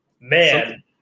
man